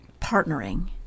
partnering